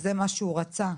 וזה מה שהוא רצה,